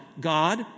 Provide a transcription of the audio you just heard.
God